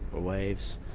or waves.